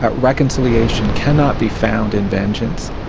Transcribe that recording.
but reconciliation, cannot be found in vengeance.